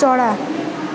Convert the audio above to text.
चरा